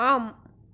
ஆம்